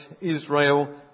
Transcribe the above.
Israel